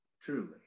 truly